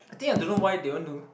I think I don't know why they want to